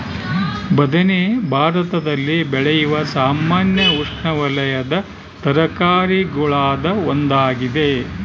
ಬದನೆ ಭಾರತದಲ್ಲಿ ಬೆಳೆಯುವ ಸಾಮಾನ್ಯ ಉಷ್ಣವಲಯದ ತರಕಾರಿಗುಳಾಗ ಒಂದಾಗಿದೆ